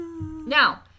Now